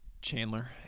Chandler